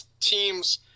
teams